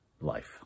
life